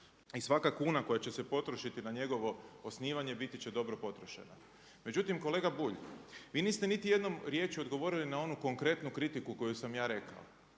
i svaka kuna koja će se potrošiti na njegovo osnivanje biti će dobro potrošena. Međutim kolega Bulj, vi niste niti jednom riječju odgovorili na onu konkretnu kritiku koju sam ja rekao.